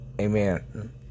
Amen